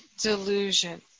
delusion